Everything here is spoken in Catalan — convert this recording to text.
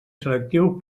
selectiu